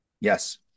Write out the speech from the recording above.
Yes